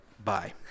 Bye